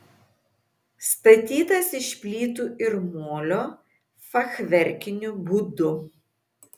statytas iš plytų ir molio fachverkiniu būdu